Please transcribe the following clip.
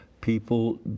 People